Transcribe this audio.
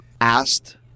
asked